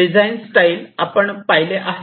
design स्टाइलआपण पाहिले आहे